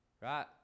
right